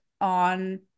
on